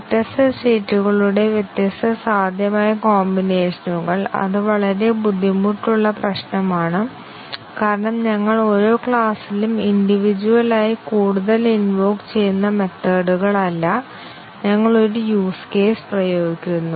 വ്യത്യസ്ത സ്റ്റേറ്റ്കളുടെ വ്യത്യസ്ത സാധ്യമായ കോമ്പിനേഷനുകൾ അത് വളരെ ബുദ്ധിമുട്ടുള്ള പ്രശ്നം ആണ് കാരണം ഞങ്ങൾ ഓരോ ക്ലാസിലും ഇൻഡിവിജുവൽ ആയി കൂടുതൽ ഇൻവോക് ചെയ്യുന്ന മെത്തേഡ്കളല്ല ഞങ്ങൾ ഒരു യൂസ് കേസ് പ്രയോഗിക്കുന്നു